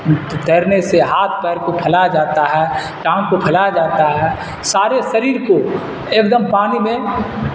تیرنے سے ہاتھ پیر کو پھیلایا جاتا ہے ٹانگ کو پھیلایا جاتا ہے سارے شریر کو ایک دم پانی میں